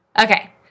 Okay